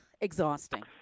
exhausting